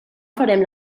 farem